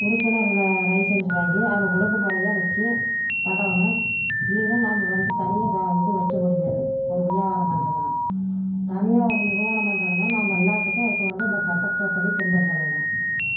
உறுப்பினர் லைசன்ஸ் வாங்கி அது ஒழுங்குமுறையாக வச்சு பண்ணோணும் இல்லைன்னா நாம் வந்து தனியாக இது வைக்க முடியாது ஒரு வியாபாரம் பண்ணுறதுனா தனியாக ஒரு நிறுவனம் பண்ணுறதுனா நாம் எல்லாத்துக்கும் அதுக்கு வந்து அந்த சட்டத்தைப் படி பின்பற்ற வேண்டும்